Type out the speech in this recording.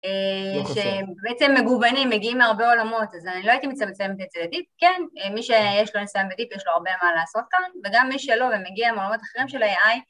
שבעצם מגוונים, מגיעים מהרבה עולמות, אז אני לא הייתי מצמצמת את זה. עדיף, כן, מי שיש לו ניסיון עדיף יש לו הרבה מה לעשות כאן, וגם מי שלא ומגיע מהעולמות אחרים של AI,